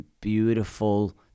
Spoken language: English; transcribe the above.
beautiful